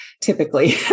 typically